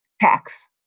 tax